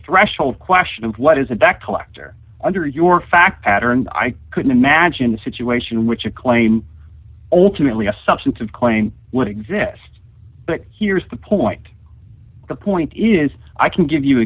threshold question of what is it that collector under your fact pattern i could imagine a situation in which you claim ultimately a substantive claim would exist but here's the point the point is i can give you